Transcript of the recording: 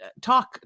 talk